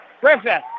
Griffith